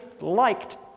liked